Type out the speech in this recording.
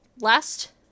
last